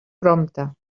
prompte